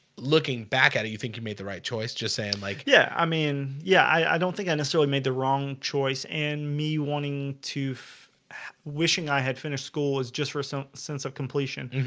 looking back at it. you think you made the right choice just saying like yeah, i mean, yeah i don't think i necessarily made the wrong choice and me wanting to wishing i had finished school was just for some sense of completion.